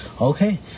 Okay